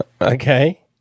Okay